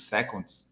Seconds